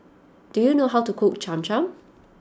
do you know how to cook Cham Cham